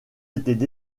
étaient